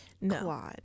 no